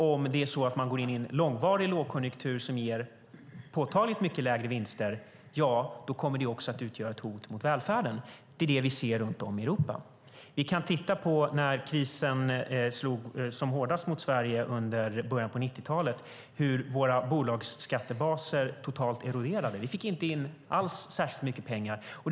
Om det är så att man går in i en långvarig lågkonjunktur som ger påtagligt mycket lägre vinster kommer det också att utgöra ett hot som välfärden. Det är vad vi ser runt om i Europa. Vi kan titta på hur det såg ut när krisen slog som hårdast mot Sverige under början på 90-talet och hur våra bolagsskattebaser totalt eroderade. Vi fick inte in särskilt mycket pengar.